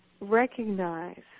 recognize